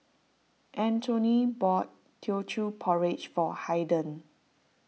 Antony bought Teochew Porridge for Haiden